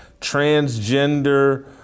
transgender